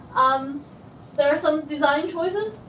um there are some design choices.